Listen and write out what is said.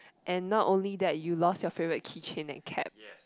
and not only that you lost your favourite keychain and cap